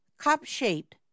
cup-shaped